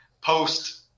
post